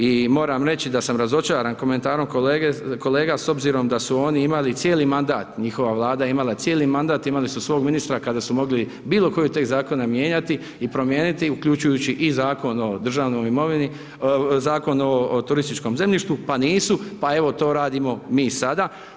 I moram reći da sam razočaran komentarom kolega s obzirom da su oni imali cijeli mandat, njihova Vlada je imala cijeli mandat, imali su svog ministra kada su mogli bilo koji tekst zakona mijenjati i promijeniti uključujući i Zakon o državnoj imovini, Zakon o turističkom zemljištu pa nisu, pa evo to radimo mi sada.